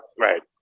right